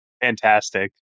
Fantastic